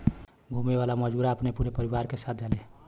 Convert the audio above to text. घुमे वाला मजूरा अपने पूरा परिवार के साथ जाले